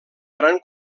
gran